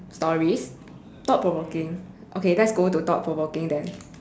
stories thought provoking okay let's go to thought provoking then